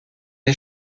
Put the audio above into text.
est